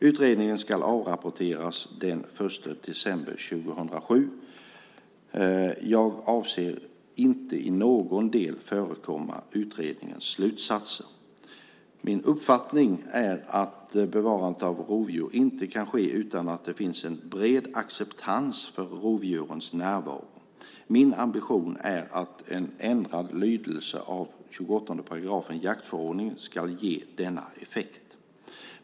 Utredningen ska avrapporteras den 1 december 2007. Jag avser inte att i någon del förekomma utredningens slutsatser. Min uppfattning är att bevarandet av rovdjuren inte kan ske utan att det finns en bred acceptans för rovdjurens närvaro. Min ambition är att en ändrad lydelse av 28 § jaktförordningen ska ge denna effekt.